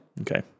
okay